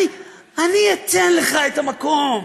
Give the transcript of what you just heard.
אני אתן לך את המקום,